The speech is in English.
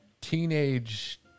teenage